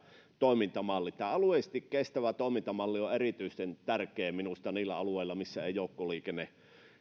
toimintamalli tämä alueellisesti kestävä toimintamalli on minusta erityisen tärkeä niillä alueilla missä ei joukkoliikenne